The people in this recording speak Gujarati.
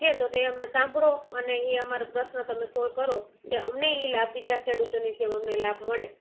છે તો તે અમે સાંભળો અને એ અમાર પ્રશ્ન તમે સોલ્વ કરો કે અમને એ લાભ બીજા ખેડૂતોની જેમ અમને લાભ મળે